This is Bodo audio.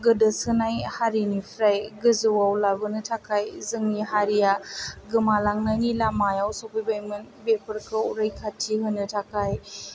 गोदोसोनाय हारिनिफ्राय गोजौआव लाबोनो थाखाय जोंनि हारिया गोमालांनायनि लामायाव सफैबायमोन बेफोरखौ रैखाथि होनो थाखाय